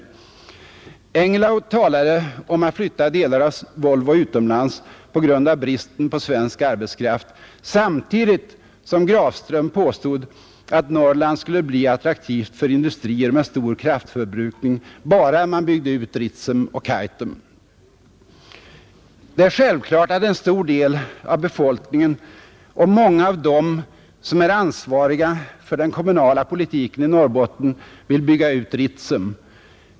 Herr Engellau talade om att flytta delar av Volvo utomlands på grund av bristen på svensk arbetskraft samtidigt som herr Grafström påstod att Norrland skulle bli attraktivt för industrier med stor kraftförbrukning bara man byggde ut Ritsem och Kaitum. Det är självklart att en stor del av befolkningen och många av dem som är ansvariga för den kommunala politiken i Norrbotten vill bygga ut Ritsem.